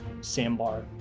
sandbar